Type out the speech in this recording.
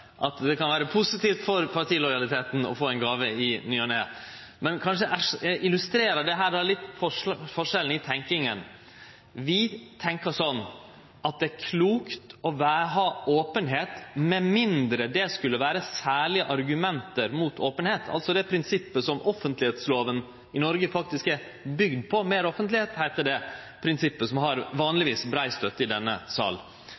at det kan vere positivt for partilojaliteten å få ei gåve i ny og ne. Men kanskje illustrerer det litt forskjellen i tenkinga. Vi tenkjer slik at det er klokt å ha openheit, med mindre det skulle vere særlege argument mot openheit, altså det prinsippet som offentleglova i Noreg er bygd på. «Meir offentlegheit» heiter det prinsippet som vanlegvis har